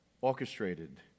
orchestrated